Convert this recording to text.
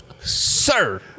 Sir